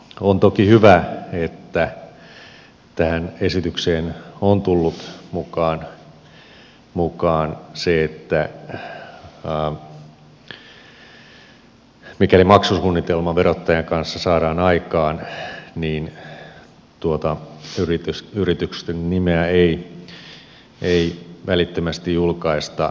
on toki hyvä että tähän esitykseen on tullut mukaan se että mikäli maksusuunnitelma verottajan kanssa saadaan aikaan niin yrityksen nimeä ei välittömästi julkaista